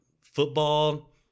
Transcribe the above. football